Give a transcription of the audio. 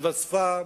התווסף